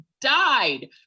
died